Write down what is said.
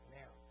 now